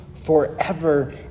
Forever